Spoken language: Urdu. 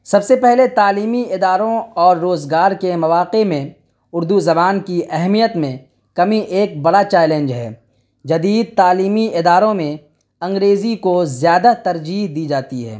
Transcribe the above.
سب سے پہلے تعلیمی اداروں اور روزگار کے مواقع میں اردو زبان کی اہمیت میں کمی ایک بڑا چیلینج ہے جدید تعلیمی اداروں میں انگریزی کو زیادہ ترجیح دی جاتی ہے